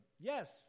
Yes